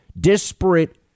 disparate